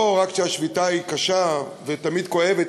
לא רק שהשביתה היא קשה ותמיד כואבת,